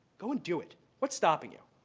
go and do it. what's stopping you?